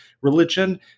religion